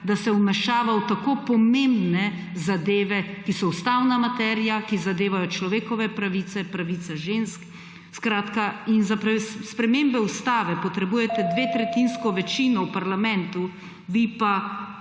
se vmešava v tako pomembne zadeve, ki je ustavna materija, ki zadevajo človekove pravice, pravice žensk? Za spremembe Ustave potrebujete dvotretjinsko večino v parlamentu, vi pa